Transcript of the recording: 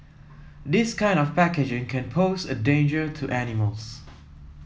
this kind of packaging can pose a danger to animals